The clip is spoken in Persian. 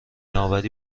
آوری